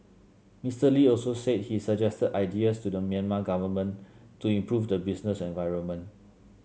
Mr Lee also said he suggested ideas to the Myanmar government to improve the business environment